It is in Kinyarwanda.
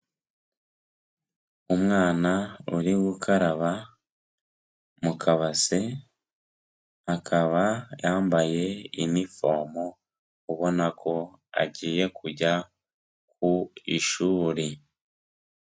Umwana uri gukaraba mu kabase, akaba yambaye inifomu, ubona ko agiye kujya ku ishuri.